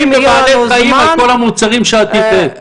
בבעלי חיים על כל המוצרים שאת הבאת?